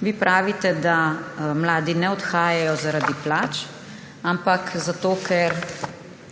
Vi pravite, da mladi ne odhajajo zaradi plač, ampak zato ker